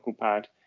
pad